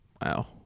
Wow